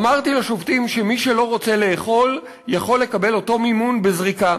אמרתי לשובתים שמי שלא רוצה לאכול יכול לקבל אותו מינון בזריקה,